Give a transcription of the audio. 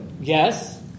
Yes